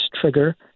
trigger